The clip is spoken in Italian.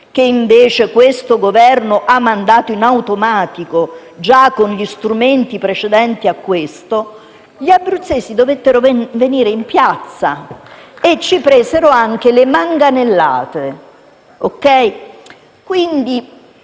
che invece questo Governo ha realizzato in automatico già con strumenti precedenti a questo, gli abruzzesi dovettero scendere in piazza, prendendosi anche le manganellate.